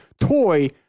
toy